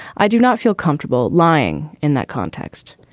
i do not feel comfortable lying in that context.